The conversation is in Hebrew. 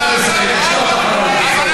שר הביטחון לא מהמפלגה,